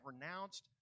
renounced